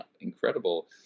incredible